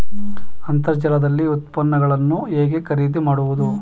ಅಂತರ್ಜಾಲದಲ್ಲಿ ಉತ್ಪನ್ನಗಳನ್ನು ಹೇಗೆ ಖರೀದಿ ಮಾಡುವುದು?